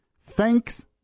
Thanks